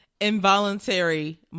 involuntary